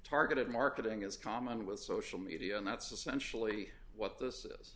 targeted marketing is common with social media and that's essentially what this is